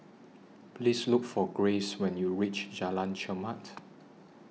Please Look For Graves when YOU REACH Jalan Chermat